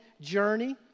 journey